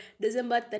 December